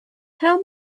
tell